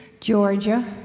Georgia